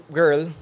girl